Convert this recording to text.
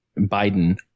Biden